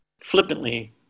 flippantly